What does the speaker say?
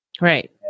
Right